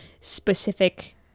specific